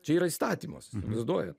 čia yra įstatymas įsivaizduojat